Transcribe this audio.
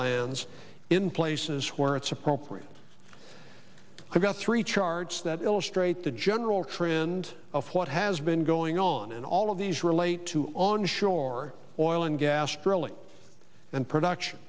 lands in places where it's appropriate i've got three charts that illustrate the general trend of what has been going on in all of these relate to on shore oil and gas drilling and production